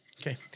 Okay